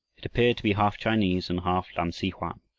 it appeared to be half chinese and half lam-si-hoan.